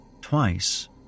twice